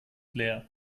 leer